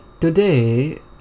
Today